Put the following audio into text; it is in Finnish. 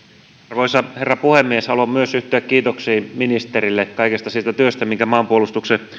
arvoisa herra puhemies haluan myös yhtyä kiitoksiin ministerille kaikesta siitä työstä minkä maanpuolustuksen